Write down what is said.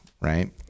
right